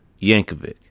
Yankovic